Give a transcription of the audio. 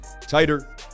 tighter